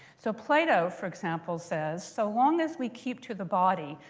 so plato, for example, says, so long as we keep to the body,